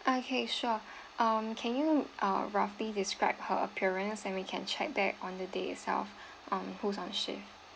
okay sure um can you uh roughly describe her appearance and we can check back on the day itself um who's on shift